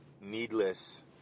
needless